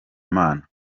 mana